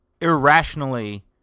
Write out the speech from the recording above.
irrationally